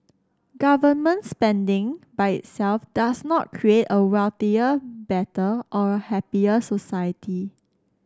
government spending by itself does not create a wealthier better or a happier society